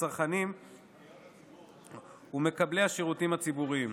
הצרכנים ומקבלי השירותים הציבוריים.